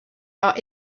are